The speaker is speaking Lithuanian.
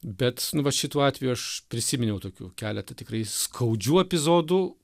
bet nu vat šituo atveju aš prisiminiau tokių keletą tikrai skaudžių epizodų